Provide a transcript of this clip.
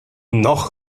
noch